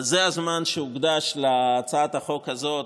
זה הזמן שהוקדש להצעת החוק הזאת,